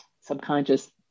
subconscious